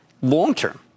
Long-term